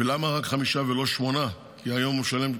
ולמה רק 5 ולא 8, כי היום הוא משלם 8?